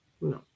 no